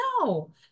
no